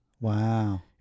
Wow